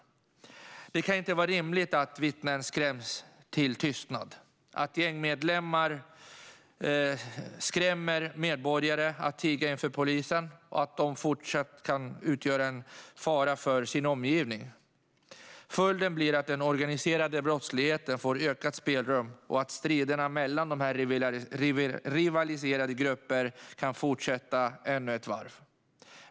Det kan inte vara rimligt att vittnen skräms till tystnad och att gängmedlemmar skrämmer medborgare att tiga inför polisen samt att de fortsatt kan utgöra en fara för sin omgivning. Följden blir att den organiserade brottsligheten får ökat spelrum och att striderna mellan rivaliserande grupper kan fortsätta ännu ett varv.